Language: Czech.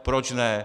Proč ne?